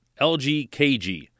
LGKG